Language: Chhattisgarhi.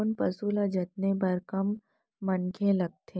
कोन पसु ल जतने बर कम मनखे लागथे?